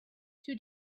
two